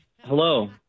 Hello